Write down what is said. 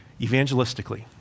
evangelistically